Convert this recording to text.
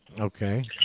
Okay